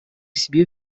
себе